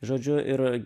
žodžiu ir